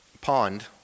pond